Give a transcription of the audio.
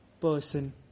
person